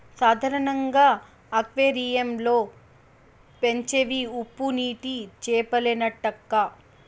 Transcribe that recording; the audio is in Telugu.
సాధారణంగా అక్వేరియం లో పెంచేవి ఉప్పునీటి చేపలేనంటక్కా